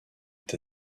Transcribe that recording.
est